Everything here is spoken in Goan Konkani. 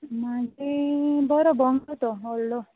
म्हजे बरो बंगलो तो व्हडलो